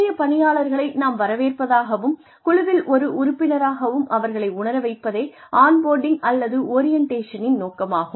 புதிய பணியாளர்களை நாம் வரவேற்பதாகவும் குழுவில் ஒரு உறுப்பினராகவும் அவர்களை உணர வைப்பதே ஆன் போர்டிங் அல்லது ஓரியன்டேஷனின் நோக்கமாகும்